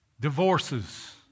divorces